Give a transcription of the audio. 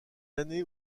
années